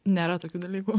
nėra tokių dalykų